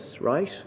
right